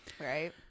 right